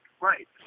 right